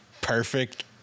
perfect